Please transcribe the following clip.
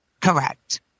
Correct